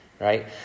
Right